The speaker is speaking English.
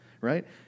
right